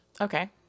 Okay